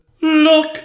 Look